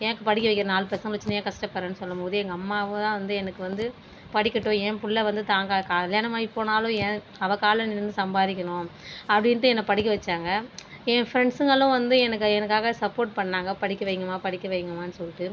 ஏன் படிக்க வைக்கிற நாலு பசங்களை வச்சுனு ஏன் கஷ்டப்படுறேனு சொல்லும்போது எங்கள் அம்மாவு தான் வந்து எனக்கு வந்து படிக்கட்டும் என் பிள்ள வந்து தாங்க க கல்யாணம் ஆயி போனாலும் என் அவ கால்ல நின்று சம்பாதிக்கணும் அப்படின்ட்டு என்னை படிக்க வச்சாங்க என் ஃப்ரெண்ட்ஸுங்களும் வந்து எனக்கு எனக்காக சப்போர்ட் பண்ணாங்க படிக்க வைங்கம்மா படிக்க வைங்கம்மான்னு சொல்லிட்டு